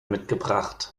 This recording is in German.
mitgebracht